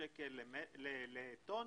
שקל לטון.